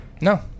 No